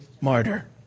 martyr